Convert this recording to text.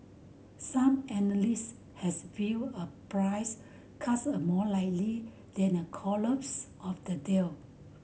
some analysts has viewed a price cut as more likely than a collapse of the deal